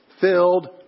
filled